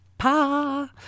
Pa